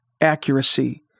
Accuracy